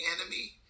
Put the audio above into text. enemy